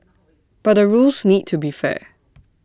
but the rules need to be fair